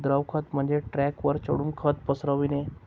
द्रव खत म्हणजे ट्रकवर चढून खत पसरविणे